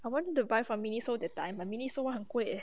I wanted to buy from miniso that time but miniso [one] 很贵 eh